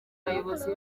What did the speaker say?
bayobozi